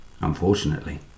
Unfortunately